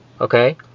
okay